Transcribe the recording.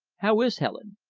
how is helen?